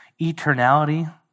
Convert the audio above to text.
eternality